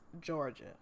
Georgia